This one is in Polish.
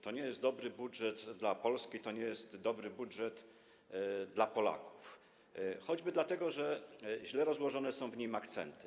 To nie jest dobry budżet dla Polski, to nie jest dobry budżet dla Polaków choćby dlatego, że źle rozłożone są w nim akcenty.